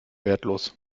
wertlos